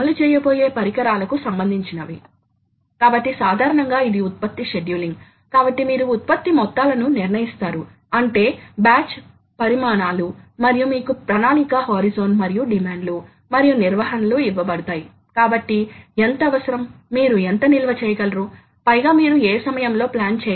కాబట్టి spindle drive లక్షణం సాధారణంగా ఈ ఆకారం లో ఉంటుంది ఇక్కడ మీకు పెద్ద స్థిరమైన శక్తి ప్రాంతం ఉంటుంది మరియు ఇది గరిష్ట వేగాన్ని ఇస్తుంది కాబట్టి వేగం తో సంబంధం లేకుండా స్థిరమైన శక్తిన ఉంచాలి